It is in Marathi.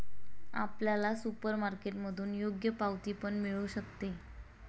आपल्याला सुपरमार्केटमधून योग्य पावती पण मिळू शकते